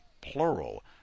plural